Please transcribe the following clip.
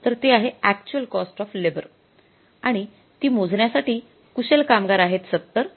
तर ते आहे अक्चुअल कॉस्ट ऑफ लेबर आणि ती मोजण्यासाठी कुशल कामगार आहेत ७०